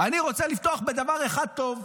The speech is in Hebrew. אני רוצה לפתוח בדבר אחד טוב,